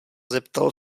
zeptal